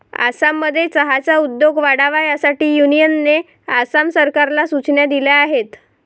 आसाममध्ये चहाचा उद्योग वाढावा यासाठी युनियनने आसाम सरकारला सूचना दिल्या आहेत